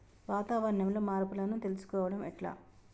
వాతావరణంలో మార్పులను తెలుసుకోవడం ఎట్ల?